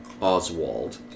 Oswald